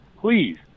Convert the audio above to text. please